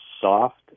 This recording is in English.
soft